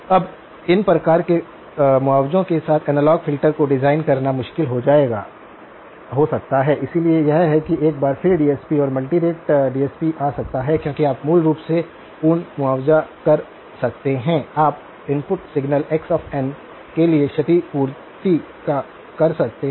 अब इन प्रकार के मुआवजे के साथ एनालॉग फ़िल्टर को डिजाइन करना मुश्किल हो सकता है इसलिए यह है कि एक बार फिर डीएसपी और मल्टी रेट डीएसपी आ सकता है क्योंकि आप मूल रूप से पूर्व मुआवजा कर सकते हैं आप इनपुट सिग्नल x n के लिए क्षतिपूर्ति कर सकते हैं